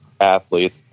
athletes